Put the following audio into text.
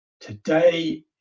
Today